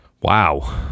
Wow